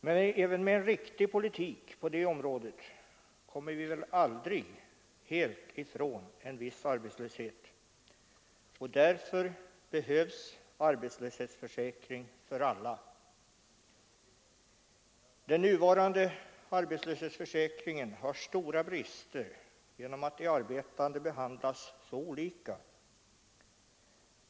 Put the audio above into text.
Men även med en riktig politik på det området kommer vi väl aldrig helt ifrån en viss arbetslöshet, och därför behövs arbetslöshetsförsäkring för alla. Den nuvarande arbetslöshetsförsäkringen har stora brister genom att de arbetande behandlas så olika.